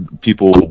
people